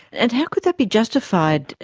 and how could that be justified,